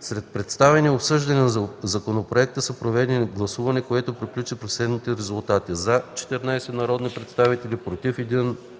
След представяне и обсъждане на законопроекта се проведе гласуване, което приключи при следните резултати: „за” – 14 народни представители, „против”